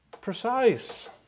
precise